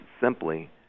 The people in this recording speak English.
simply